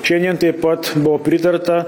šiandien taip pat buvo pritarta